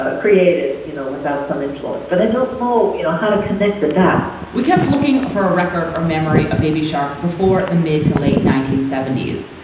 ah created you know without some influence. but i don't know you know how to connect the dots we kept looking for a record or memory of baby shark before the mid to late nineteen seventy s,